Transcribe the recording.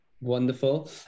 Wonderful